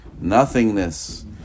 Nothingness